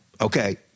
okay